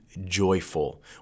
joyful